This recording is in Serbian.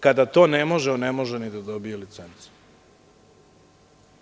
Kada to ne može, on ne može ni da dobije licencu.